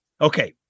okay